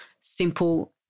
simple